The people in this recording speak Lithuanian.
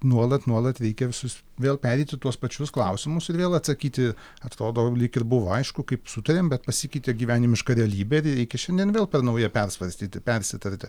nuolat nuolat reikia visus vėl pereiti tuos pačius klausimus ir vėl atsakyti atrodo lyg ir buvo aišku kaip su tavim bet pasikeitė gyvenimiška realybė ir reikia šiandien vėl per nauja persvarstyti persitarti